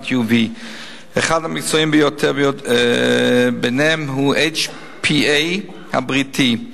UV. אחד המקצועיים ביותר ביניהם הוא ה-HPA הבריטי,